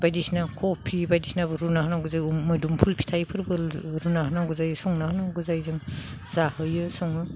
बायदिसिना कबि बायदिसिनाबो रुना होनांगौ जों मोदोमफुल फिथाइफोरबो रुना होनांगौ जायो संना होनांगौ जायो जों जाहोयो सङो